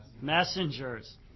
messengers